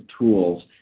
tools